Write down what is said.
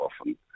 often